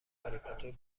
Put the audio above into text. کاریکاتور